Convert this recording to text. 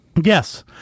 Yes